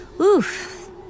Oof